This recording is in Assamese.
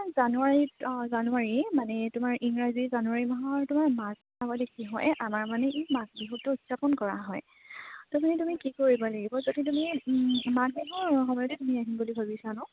জানুৱাৰীত অঁ জানুৱাৰী মানে তোমাৰ ইংৰাজী জানুৱাৰী মাহৰ তোমাৰ এই আমাৰ মানে এই মাঘ বিহুটো উদযাপন কৰা হয় ত' মানে তুমি কি কৰিব লাগিব যদি তুমি মাঘ মাহৰ সময়তে তুমি আহিম বুলি ভাবিছা নহ্